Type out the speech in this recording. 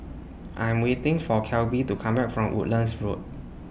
I Am waiting For Kelby to Come Back from Woodlands Road